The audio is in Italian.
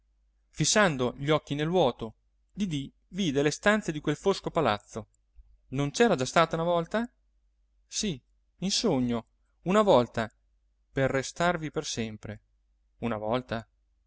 fissando gli occhi nel vuoto didì vide le stanze di quel fosco palazzo non c'era già stata una volta sì in sogno una volta per restarvi per sempre una volta